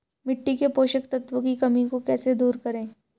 मिट्टी के पोषक तत्वों की कमी को कैसे दूर करें?